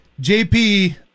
JP